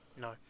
No